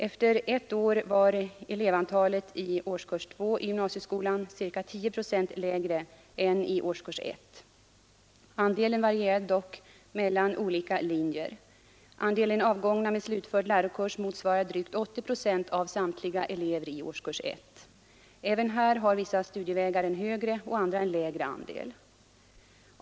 Efter ett år var elevantalet i årskurs 2 i gymnasieskolan ca 10 procent lägre än i årskurs 1. Andelen varierade dock mellan olika linjer. Andelen avgångna med slutförd lärokurs motsvarar drygt 80 procent av samtliga elever i årskurs 1. Även här har vissa studievägar en högre och andra en lägre andel.